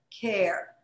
care